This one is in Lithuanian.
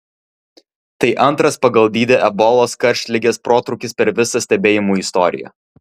tai antras pagal dydį ebolos karštligės protrūkis per visą stebėjimų istoriją